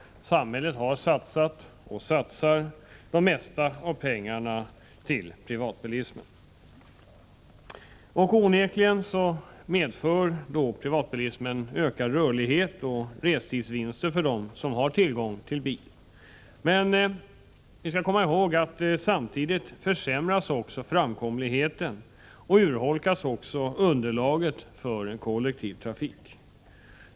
Samhället har satsat och satsar det mesta av pengarna på privatbilismen. Onekligen medför privatbilismen ökad rörlighet och restidsvinster för dem som har tillgång till bil. Men vi skall komma ihåg att samtidigt försämras framkomligheten och urholkas underlaget för kollektivtrafiken.